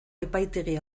epaitegi